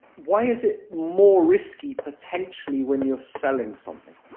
why is it more risky potentially when you're selling something?